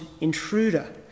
intruder